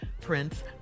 Prince